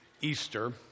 Easter